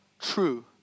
true